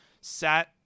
sat